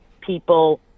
people